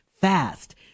fast